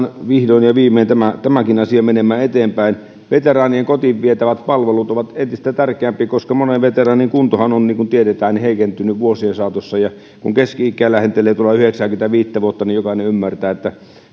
vihdoin ja viimein tämäkin asia menemään eteenpäin veteraanien kotiin vietävät palvelut ovat entistä tärkeämpiä koska monen veteraanin kuntohan on niin kuin tiedetään heikentynyt vuosien saatossa ja kun keski ikä lähentelee yhdeksääkymmentäviittä vuotta niin jokainen ymmärtää että